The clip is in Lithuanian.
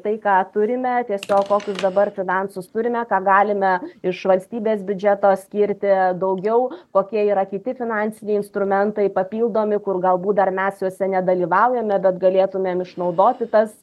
tai ką turime tiesiog kokius dabar finansus turime ką galime iš valstybės biudžeto skirti daugiau kokie yra kiti finansiniai instrumentai papildomi kur galbūt dar mes juose nedalyvaujame bet galėtumėm išnaudoti tas